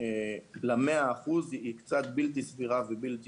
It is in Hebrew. ל-100 אחוזים היא קצת בלתי סבירה ובלתי